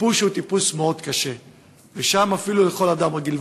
טיפוס מאוד קשה אפילו לכל אדם רגיל.